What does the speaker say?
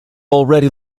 already